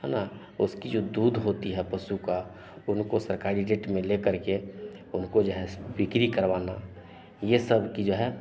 है ना उसका जो दूध होता है पशु का उनको सरकारी जेट में लेकर के उनको जो है बिक्री करवाना ये सबकी जो है